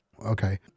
okay